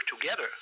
together